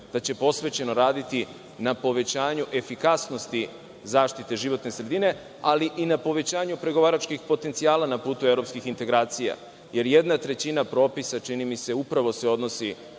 da će posvećeno raditi na povećanju efikasnosti zaštite životne sredine, ali i na povećanju pregovaračkih potencijala na putu evropskih integracija, jer jedna trećina propisa, čini mi se, upravo se odnosi